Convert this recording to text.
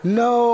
no